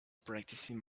practicing